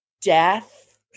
Death